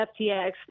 FTX